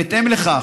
בהתאם לכך,